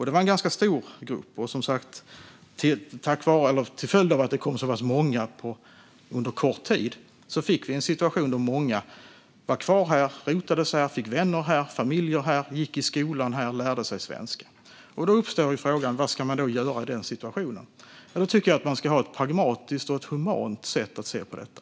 Det var en ganska stor grupp, och till följd av att det kom så pass många under kort tid fick vi en situation då många var kvar här, rotade sig här, fick vänner och familj här, gick i skolan här och lärde sig svenska. Då uppstår frågan: Vad ska man göra i den situationen? Jag tycker att man ska ha ett pragmatiskt och humant sätt att se på detta.